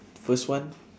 first one